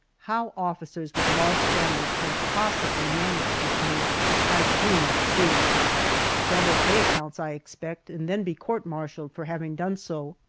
how officers with large families can possibly manage this move i do not see sell their pay accounts i expect, and then be court martialed for having done so.